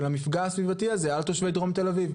המפגע הסביבתי הזה על תושבי דרום תל אביב.